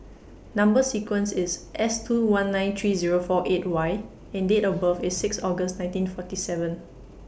Number sequence IS S two one nine three Zero four eight Y and Date of birth IS six August nineteen forty seven